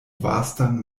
vastan